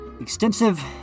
Extensive